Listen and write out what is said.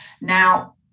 Now